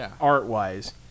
art-wise